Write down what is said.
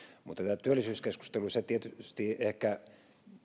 mutta tässä työllisyyskeskustelussa tietysti ehkä